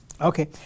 Okay